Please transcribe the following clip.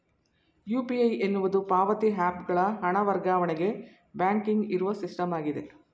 UPI ಎನ್ನುವುದು ಪಾವತಿ app ಗಳ ಹಣ ವರ್ಗಾವಣೆಗೆ ಬ್ಯಾಂಕಿಂಗ್ ಇರುವ ಸಿಸ್ಟಮ್ ಆಗಿದೆ